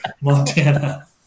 Montana